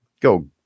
Go